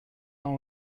ans